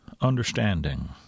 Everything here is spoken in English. understanding